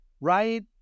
right